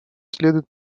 следует